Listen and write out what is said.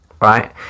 right